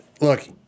look